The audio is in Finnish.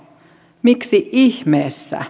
miksi ihmeessä